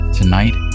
tonight